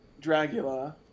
Dracula